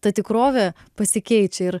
ta tikrovė pasikeičia ir